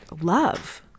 love